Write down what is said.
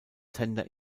tender